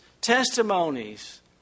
testimonies